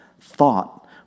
thought